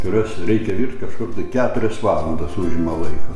kuriuos reikia virt kažkur tai keturias valandas užima laiko